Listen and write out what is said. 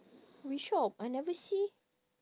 which shop I never see